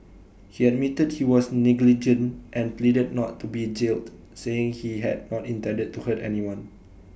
he admitted he was negligent and pleaded not to be jailed saying he had not intended to hurt anyone